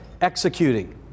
executing